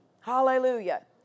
Hallelujah